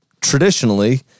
traditionally